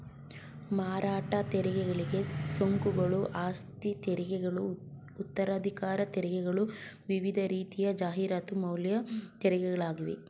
ಮಾರಾಟ ತೆರಿಗೆಗಳು, ಸುಂಕಗಳು, ಆಸ್ತಿತೆರಿಗೆಗಳು ಉತ್ತರಾಧಿಕಾರ ತೆರಿಗೆಗಳು ವಿವಿಧ ರೀತಿಯ ಜಾಹೀರಾತು ಮೌಲ್ಯ ತೆರಿಗೆಗಳಾಗಿವೆ